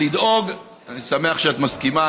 אני שמח שאת מסכימה.